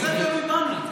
זה תלוי בנו.